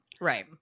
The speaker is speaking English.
Right